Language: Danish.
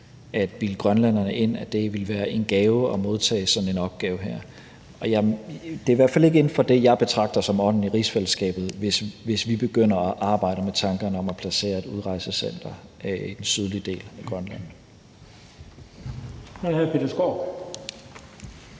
at bilde grønlænderne ind, at det ville være en gave at modtage sådan en opgave. Det er i hvert fald ikke inden for det, som jeg betragter som ånden i rigsfællesskabet, hvis vi begynder at arbejde med tankerne om at placere et udrejsecenter i den sydlige del af Grønland.